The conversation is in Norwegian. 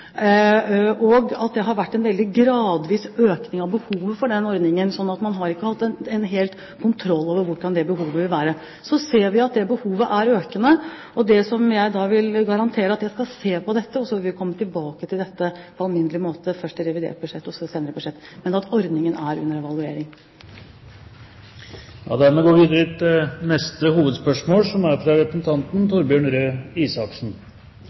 Det har vært en veldig gradvis økning i behovet for den ordningen, så man har ikke hatt helt kontroll over hvordan det behovet vil være. Vi ser at det behovet er økende, og det jeg kan garantere, er at vi skal se på dette og komme tilbake på alminnelig måte, først i revidert budsjett og så i et senere budsjett. Så ordningen er under evaluering. Vi går videre til neste hovedspørsmål.